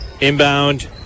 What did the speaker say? inbound